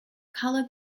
colour